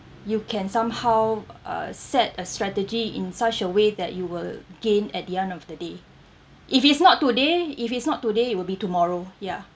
you can somehow uh set a strategy in such a way that you will gain at the end of the day if it's not today if it's not today it will be tomorrow ya